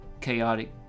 chaotic